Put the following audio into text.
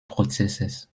prozesses